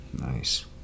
nice